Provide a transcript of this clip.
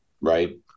right